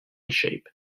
shape